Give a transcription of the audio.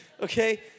Okay